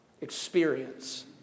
experience